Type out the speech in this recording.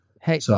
Hey